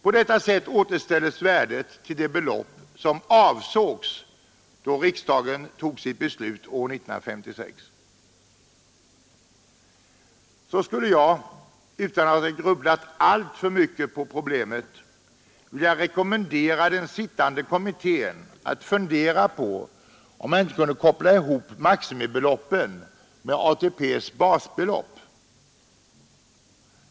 På det sättet återställs värdet till de belopp som avsågs då riksdagen fattade sitt beslut år 1956. Vidare skulle jag, utan att ha grubblat alltför mycket på problemet, vilja rekommendera den sittande kommittén att fundera på om man inte kunde koppla ihop maximibeloppen med ATP:s basbelopp.